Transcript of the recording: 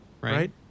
Right